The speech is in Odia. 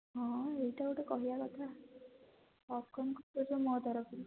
ହଁ ଏଇଟା ଗୋଟେ କହିବା କଥା ପପ୍କନ୍ କୁର୍କୁରି ସବୁ ମୋ ତରଫରୁ